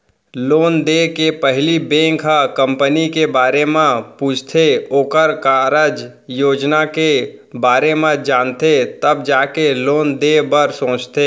loan देय के पहिली बेंक ह कंपनी के बारे म पूछथे ओखर कारज योजना के बारे म जानथे तब जाके लोन देय बर सोचथे